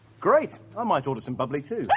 great! i might order some bubbly too.